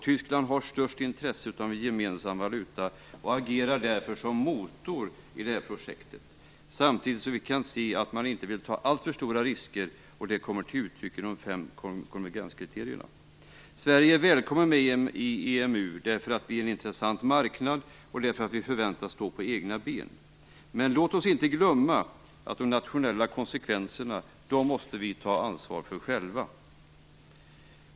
Tyskland har störst intresse av en gemensam valuta och agerar därför som motor i projektet. Samtidigt kan vi se att man inte vill ta alltför stora risker, vilket kommer till uttryck i de fem konvergenskriterierna. Sverige är välkommen med i EMU därför att vi är en intressant marknad och därför att vi förväntas stå på egna ben. Men låt oss inte glömma att vi själva måste ta ansvar för de nationella konsekvenserna.